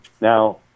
Now